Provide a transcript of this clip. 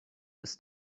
ist